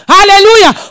Hallelujah